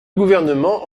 gouvernement